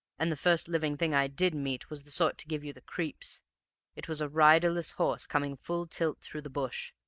and the first living thing i did meet was the sort to give you the creeps it was a riderless horse coming full tilt through the bush,